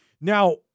Now